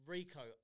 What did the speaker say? Rico